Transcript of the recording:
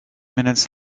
minutes